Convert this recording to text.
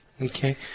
Okay